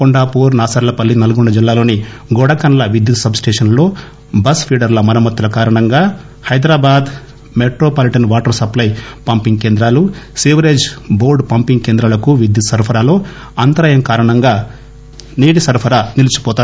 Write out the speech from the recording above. కొండాపూర్ నాసర్లపల్లి నల్గొండ జిల్లాలోని గోడకండ్ల విద్యుత్ substation లో బస్ ఫీడర్ల మరమ్మత్తుల కారణంగా Hyderabad metropolitan water supply pumping కేంద్రాలు సీవరేజ్ టోర్గు పంపింగ్ కేంద్రాలకు విద్యుత్తు సరఫరాలో అంతరాయం కారణంగా నగరంలో పలు ప్రాంతాల్లో నీటి సరఫరా నిలిచిపోనుంది